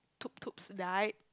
Tutu's die